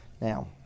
Now